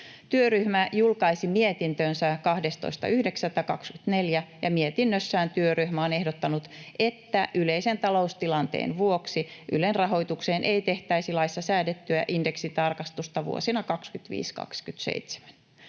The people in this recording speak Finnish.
Työryhmä julkaisi mietintönsä 12.9.24, ja mietinnössään työryhmä on ehdottanut, että yleisen taloustilanteen vuoksi Ylen rahoitukseen ei tehtäisi laissa säädettyä indeksitarkistusta vuosina 25—27.